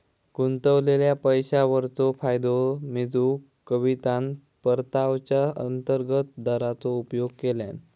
गुंतवलेल्या पैशावरचो फायदो मेजूक कवितान परताव्याचा अंतर्गत दराचो उपयोग केल्यान